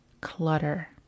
clutter